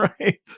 right